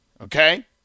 okay